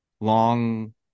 long